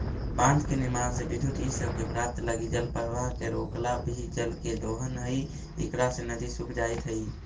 बाँध के निर्माण से विद्युत इ सब के प्राप्त लगी जलप्रवाह के रोकला भी जल के दोहन हई इकरा से नदि सूख जाइत हई